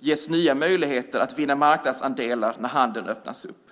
ges nya möjligheter att vinna marknadsandelar när handeln nu öppnas upp.